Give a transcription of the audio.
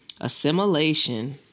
Assimilation